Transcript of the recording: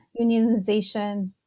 unionization